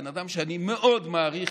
בן אדם שאני מאוד מעריך,